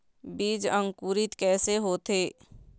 बीज अंकुरित कैसे होथे?